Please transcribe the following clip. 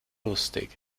lustig